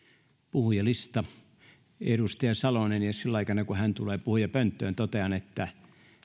puhujalistaan edustaja salonen sillä aikaa kun hän tulee puhujapönttöön totean että